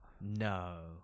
No